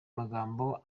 magambo